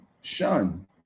shun